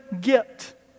get